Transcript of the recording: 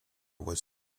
was